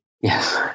Yes